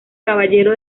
caballero